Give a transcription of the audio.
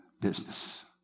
business